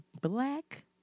black